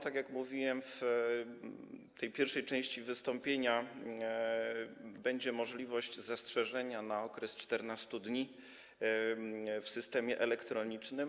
Tak jak mówiłem w tej pierwszej części wystąpienia, będzie możliwość zastrzeżenia go na okres 14 dni w systemie elektronicznym.